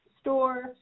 store